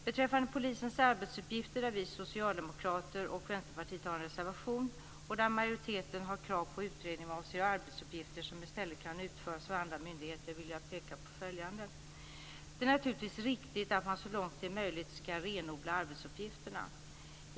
Beträffande polisens arbetsuppgifter har vi socialdemokrater och Vänsterpartiet en reservation och majoriteten har krav på en utredning vad avser arbetsuppgifter som i stället kan utföras av andra myndigheter. Jag vill då peka på följande. Det är naturligtvis riktigt att man så långt det är möjligt ska renodla arbetsuppgifterna.